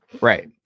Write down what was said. right